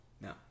No